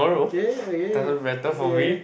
okay okay okay